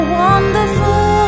wonderful